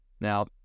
Now